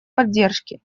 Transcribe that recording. поддержки